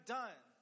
done